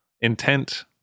intent